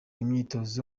imyitozo